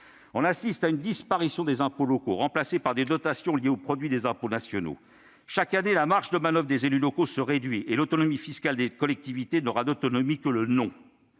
assistons à la disparition des impôts locaux, remplacés par des dotations liées au produit des impôts nationaux. Chaque année, la marge de manoeuvre des élus locaux se réduit, et l'autonomie fiscale des collectivités n'aura d'autonomie que le nom.